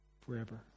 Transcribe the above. forever